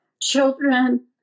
children